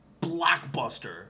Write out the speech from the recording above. blockbuster